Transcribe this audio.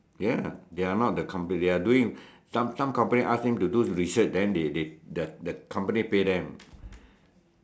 ya they are not the company they are doing some some company ask them to do the research then they they the the company pay them